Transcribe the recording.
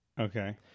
Okay